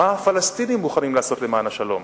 מה הפלסטינים מוכנים לעשות למען השלום?